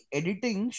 editing